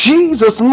Jesus